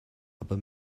aber